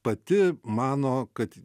pati mano kad